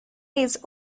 his